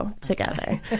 together